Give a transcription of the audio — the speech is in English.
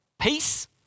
peace